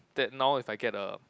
that now if I get a